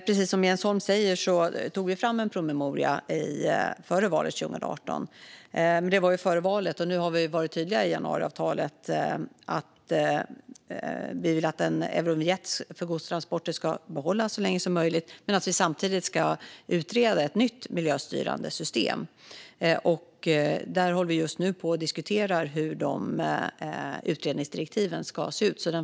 Precis som Jens Holm säger tog vi fram en promemoria före valet 2018. Men det var som sagt före valet. I januariavtalet har vi varit tydliga med att vi vill att Eurovinjett för godstransporter ska behållas så länge som möjligt, samtidigt som vi ska utreda ett nytt miljöstyrande system. Just nu diskuterar vi hur utredningsdirektiven ska se ut.